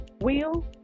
wheel